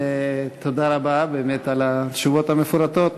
ותודה רבה באמת על התשובות המפורטות.